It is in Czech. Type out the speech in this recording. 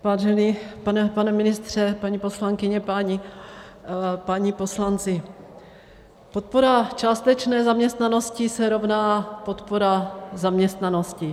Vážený pane ministře, paní poslankyně, páni poslanci, podpora částečně zaměstnanosti se rovná podpora zaměstnanosti.